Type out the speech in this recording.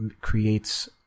creates